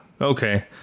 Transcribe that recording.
Okay